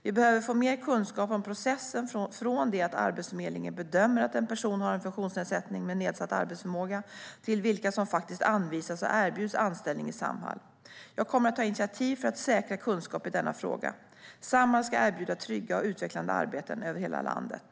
Vi behöver få mer kunskap om processen från det att Arbetsförmedlingen bedömer att en person har en funktionsnedsättning med nedsatt arbetsförmåga till vilka som faktiskt anvisas och erbjuds anställning i Samhall. Jag kommer att ta initiativ för att säkra kunskap i denna fråga. Samhall ska erbjuda trygga och utvecklande arbeten över hela landet.